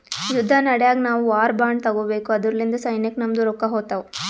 ಯುದ್ದ ನಡ್ಯಾಗ್ ನಾವು ವಾರ್ ಬಾಂಡ್ ತಗೋಬೇಕು ಅದುರ್ಲಿಂದ ಸೈನ್ಯಕ್ ನಮ್ದು ರೊಕ್ಕಾ ಹೋತ್ತಾವ್